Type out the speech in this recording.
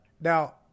Now